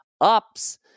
ups